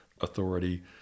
authority